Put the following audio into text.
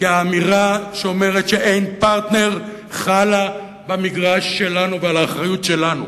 כי האמירה שאין פרטנר חלה במגרש שלנו ועל האחריות שלנו.